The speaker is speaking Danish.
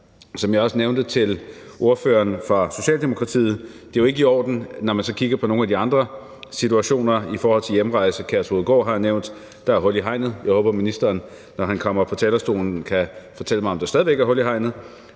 som jeg også nævnte for ordføreren fra Socialdemokratiet, jo ikke i orden, når man så kigger på nogle af de andre situationer i forhold til hjemrejse. Kærshovedgård har jeg nævnt; der et hul i hegnet, og jeg håber, ministeren, når han kommer på talerstolen, kan fortælle mig, om der stadig væk er hul i hegnet,